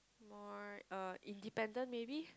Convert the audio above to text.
more uh independent maybe